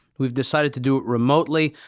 we've decided to do it remotely.